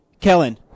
Kellen